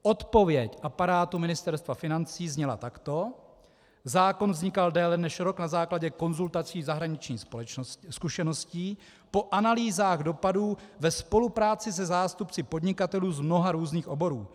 Odpověď aparátu Ministerstva financí zněla takto: Zákon vznikal déle než rok na základě konzultací zahraničních zkušeností, po analýzách dopadů ve spolupráci se zástupci podnikatelů z mnoha různých oborů.